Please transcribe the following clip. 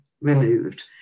removed